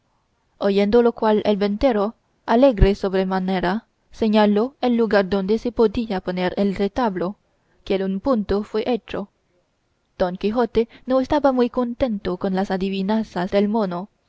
oyendo lo cual el ventero alegre sobremanera señaló el lugar donde se podía poner el retablo que en un punto fue hecho don quijote no estaba muy contento con las adivinanzas del mono